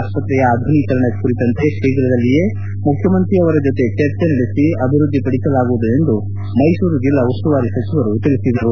ಆಸ್ವತ್ರೆಯ ಆಧುನೀಕರಣ ಕುರಿತಂತೆ ಶೀಘದಲ್ಲಿ ಮುಖ್ಯಮಂತ್ರಿ ಅವರ ಜೊತೆ ಚರ್ಚೆ ನಡೆಸಿ ಅಭಿವೃದ್ದಿ ಪಡಿಸಲಾಗುವುದು ಎಂದು ಜೆಲ್ಲಾ ಉಸ್ತುವಾರಿ ಸಚಿವರು ತಿಳಿಸಿದರು